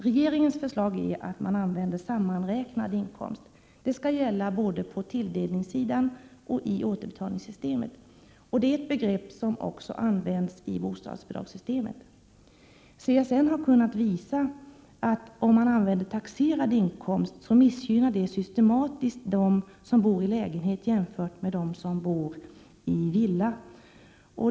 Regeringens förslag är att man använder sammanräknad inkomst. Detta skall gälla både på tilldelningssidan och i återbetalningssystemet. Det är ett begrepp som också används i bostadsbidragssystemet. CSN har kunnat visa att om man använder taxerad inkomst missgynnar det systematiskt dem som bor i lägenhet jämfört med dem som bor i villa.